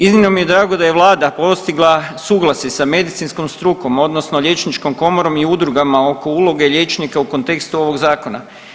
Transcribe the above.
Iznimno mi je drago da je vlada postigla suglasje sa medicinskom strukom odnosno Liječničkom komorom i udrugama oko uloge liječnika u kontekstu ovog zakona.